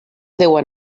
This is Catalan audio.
deuen